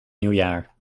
nieuwjaar